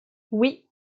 oui